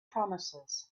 promises